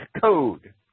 code